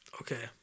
okay